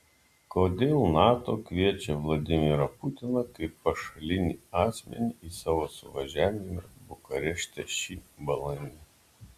kodėl nato kviečia vladimirą putiną kaip pašalinį asmenį į savo suvažiavimą bukarešte šį balandį